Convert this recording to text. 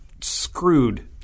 screwed